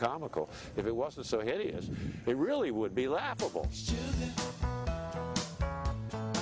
comical if it wasn't so hideous it really would be laughable